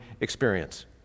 experience